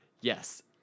Yes